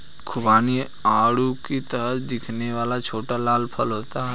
खुबानी आड़ू की तरह दिखने वाला छोटा लाल फल होता है